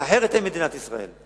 אחרת אין מדינת ישראל.